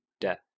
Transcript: death